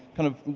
kind of,